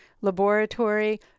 laboratory